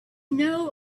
know